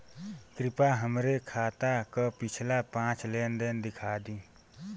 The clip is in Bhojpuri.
कृपया हमरे खाता क पिछला पांच लेन देन दिखा दी